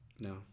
No